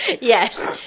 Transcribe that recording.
Yes